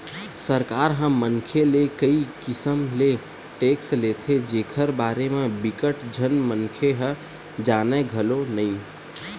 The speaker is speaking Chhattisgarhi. सरकार ह मनखे ले कई किसम ले टेक्स लेथे जेखर बारे म बिकट झन मनखे ह जानय घलो नइ